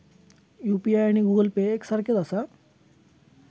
UPI आणि Google Pay एक सारख्याच आसा?